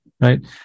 right